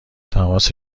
تماس